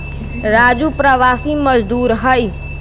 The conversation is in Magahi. राजू प्रवासी मजदूर हई